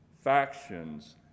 factions